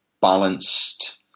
balanced